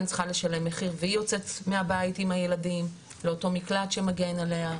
צריכה לשלם מחיר והיא יוצאת מהבית עם הילדים לאותו מקלט שמגן עליה,